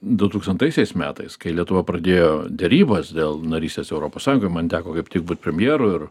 du tūkstantaisiais metais kai lietuva pradėjo derybas dėl narystės europos sąjungoje man teko kaip tik būt premjeru ir